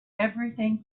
everything